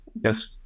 Yes